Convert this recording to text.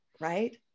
Right